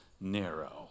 narrow